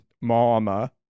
Mama